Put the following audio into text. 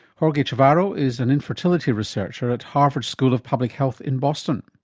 jorge chavarro is an infertility researcher at harvard school of public health in boston.